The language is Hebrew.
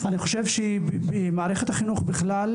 אני חושב שהצוותים במערכת החינוך בכלל,